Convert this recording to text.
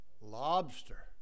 lobster